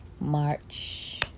March